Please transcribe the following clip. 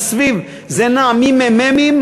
זה נע ממ"מים,